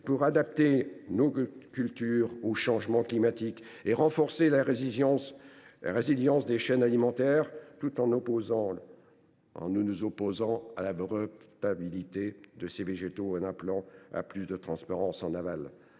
pour adapter nos cultures au changement climatique et renforcer la résilience des chaînes alimentaires, tout en nous opposant à la brevetabilité de ces végétaux et en appelant à plus de transparence en aval.